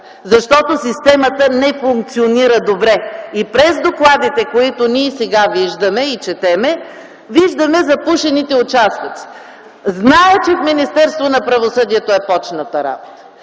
защото системата не функционира добре. И през докладите, които ние сега виждаме и четем, виждаме запушените участъци. Зная, че в Министерството на правосъдието е започната работата.